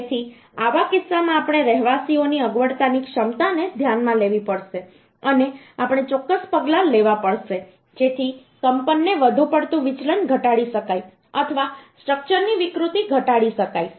તેથી આવા કિસ્સામાં આપણે રહેવાસીઓની અગવડતાની ક્ષમતાને ધ્યાનમાં લેવી પડશે અને આપણે ચોક્કસ પગલાં લેવા પડશે જેથી કંપનને વધુ પડતું વિચલન ઘટાડી શકાય અથવા સ્ટ્રક્ચરની વિકૃતિ ઘટાડી શકાય